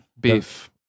Beef